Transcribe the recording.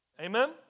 Amen